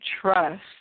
trust